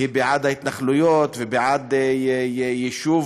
והיא בעד ההתנחלויות ובעד יישוב